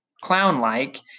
clown-like